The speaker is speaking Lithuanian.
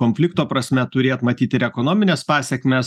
konflikto prasme turėt matyt ir ekonomines pasekmes